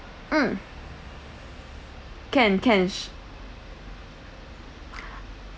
mm can can